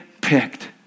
picked